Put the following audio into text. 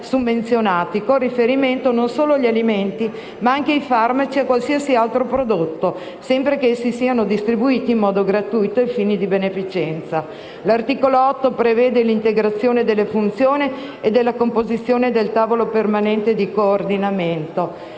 summenzionati, con riferimento non solo agli alimenti, ma anche ai farmaci e a qualsiasi altro prodotto, sempre che essi siano distribuiti gratuitamente a fini di beneficenza. L'articolo 8 prevede l'integrazione delle funzioni e della composizione del tavolo permanente di coordinamento.